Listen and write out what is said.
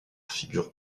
figurent